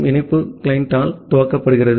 இணைப்பு கிளையண்டால் துவக்கப்படுகிறது